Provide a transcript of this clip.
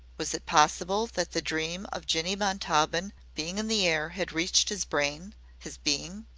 was it possible that the dream of jinny montaubyn being in the air had reached his brain his being?